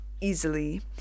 easily